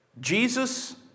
Jesus